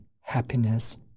happiness